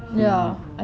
mm